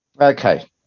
Okay